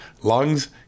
lungs